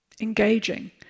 engaging